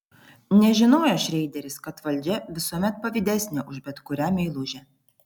nežinojo šreideris kad valdžia visuomet pavydesnė už bet kurią meilužę